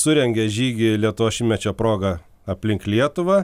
surengė žygį lietuvos šimtmečio proga aplink lietuvą